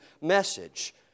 message